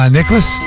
Nicholas